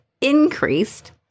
increased